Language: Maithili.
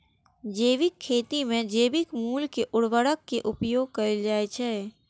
जैविक खेती मे जैविक मूल के उर्वरक के उपयोग कैल जाइ छै